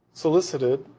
solicited,